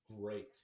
great